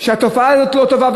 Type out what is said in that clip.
שחושב שהתופעה הזאת לא טובה,